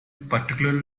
particularly